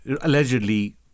allegedly